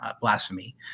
blasphemy